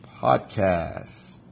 Podcast